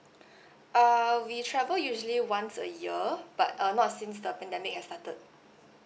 uh we travel usually once a year but uh not since the pandemic has started